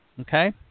okay